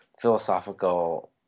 philosophical